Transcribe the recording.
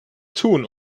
tun